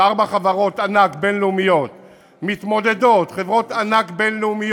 שארבע חברות ענק בין-לאומיות מתמודדות בו,